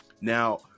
now